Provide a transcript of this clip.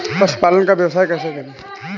पशुपालन का व्यवसाय कैसे करें?